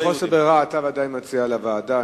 אבל מחוסר ברירה אתה בוודאי מציע לוועדה,